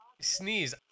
sneeze